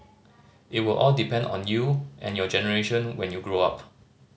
it will all depend on you and your generation when you grow up